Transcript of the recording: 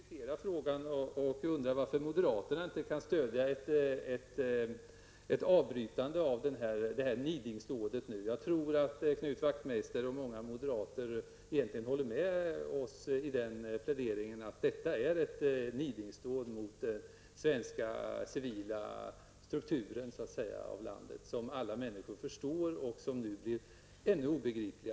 Herr talman! Jag får kvittera frågan och undra varför moderaterna inte kan stödja ett avbrytande av nidingsdådet. Jag tror att Knut Wachtmeister och många andra moderater egentligen håller med oss om att det är ett nidingsdåd mot den svenska civila strukturen som alla människor förstår men som nu blir mera obegriplig.